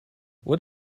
what